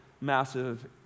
massive